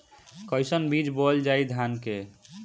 कईसन बीज बोअल जाई धान के?